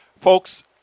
Folks